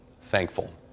thankful